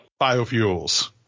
Biofuels